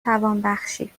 توانبخشی